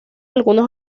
algunos